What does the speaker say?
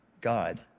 God